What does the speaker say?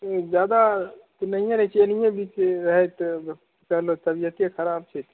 ओ जादा तऽ नहिए रहैत छै एनाहिए बीचे रहै तऽ चलो तबियते खराब छै